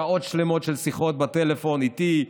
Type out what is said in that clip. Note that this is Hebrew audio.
שעות שלמות של שיחות בטלפון איתי,